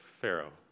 Pharaoh